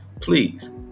please